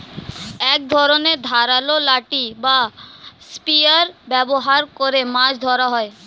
এক ধরনের ধারালো লাঠি বা স্পিয়ার ব্যবহার করে মাছ ধরা হয়